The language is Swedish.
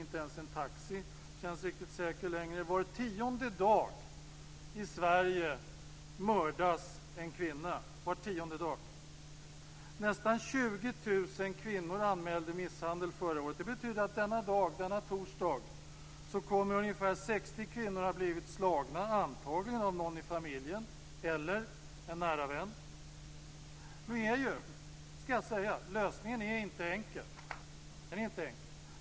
Inte ens en taxi känns riktigt säker längre. Var tionde dag i Sverige mördas en kvinna. Nästan 20 000 kvinnor anmälde att de utsatts för misshandel förra året. Det betyder att denna torsdag kommer ca 60 kvinnor att bli slagna, antagligen av någon i familjen eller av en nära vän. Lösningen är inte enkel.